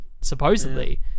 supposedly